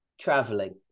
traveling